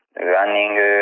running